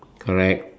correct